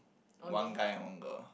one guy on the